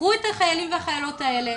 קחו את החיילים והחיילות האלה,